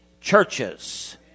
churches